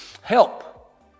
help